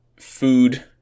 food